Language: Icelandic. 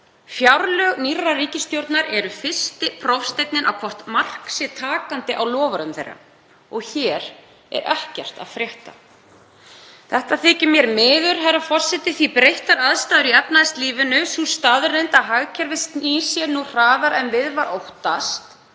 Fjárlög nýrrar ríkisstjórnar eru fyrsti prófsteinninn á hvort mark sé takandi á loforðum hennar og hér er ekkert að frétta. Þetta þykir mér miður, herra forseti, því breyttar aðstæður í efnahagslífinu, sú staðreynd að hagkerfið snýr sér nú hraðar við en óttast